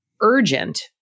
urgent